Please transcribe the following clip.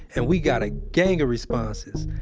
and we got a gang of responses.